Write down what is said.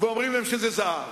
ואומרים להם שזה זהב.